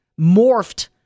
morphed